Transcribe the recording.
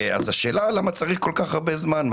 השאלה למה צריך כל כך הרבה זמן?